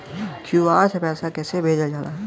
QR से पैसा कैसे भेजल जाला?